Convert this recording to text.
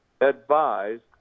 advised